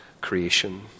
creation